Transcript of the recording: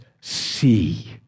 see